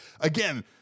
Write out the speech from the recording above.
again